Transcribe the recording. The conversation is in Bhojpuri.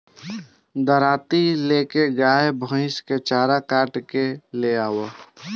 दराँती ले के गाय भईस के चारा काट के ले आवअ